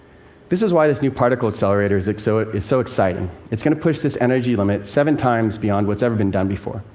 this is why this new particle accelerator is like so is so exciting. it's going to push this energy limit seven times beyond what's ever been done before,